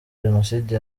jenoside